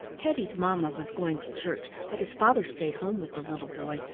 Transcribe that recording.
teddy's mamma was going to church, but his father stayed home with the little boy,